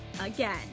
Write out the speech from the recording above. again